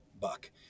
buck